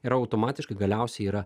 ir automatiškai galiausiai yra